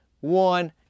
one